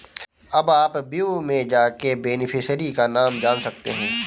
अब आप व्यू में जाके बेनिफिशियरी का नाम जान सकते है